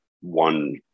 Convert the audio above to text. one